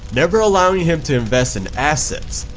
never allowing him to invest in assets.